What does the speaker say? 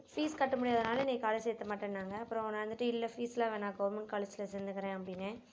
fees கட்ட முடியாததனால நீ காலேஜ் சேர்த்த மாட்டேன்னாங்க அப்பறம் நான் வந்துட்டு இல்லை ஃபீஸ்லாம் வேணாம் கவர்மெண்ட் காலேஜில் சேர்ந்துக்கறேன் அப்படின்னேன்